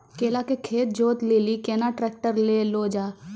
केला के खेत जोत लिली केना ट्रैक्टर ले लो जा?